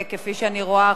כפי שאני רואה,